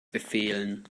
befehlen